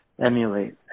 emulate